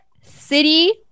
city